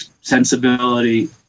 sensibility